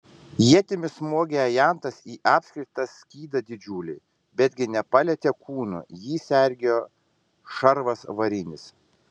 ietimi smogė ajantas į apskritą skydą didžiulį betgi nepalietė kūno jį sergėjo šarvas varinis